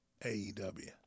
AEW